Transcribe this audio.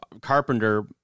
Carpenter